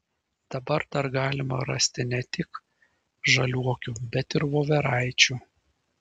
dabar dar galima rasti ne tik žaliuokių bet ir voveraičių